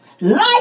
Life